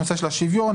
שוויון,